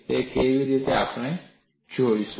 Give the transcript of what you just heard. તે કેવી છે તે આપણે જોઈશું